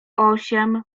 osiem